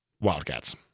Wildcats